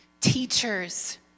teachers